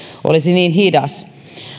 olisi niin hidas